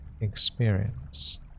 experience